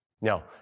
Now